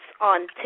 on